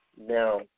now